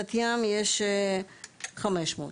קריית ים יש 500 איש.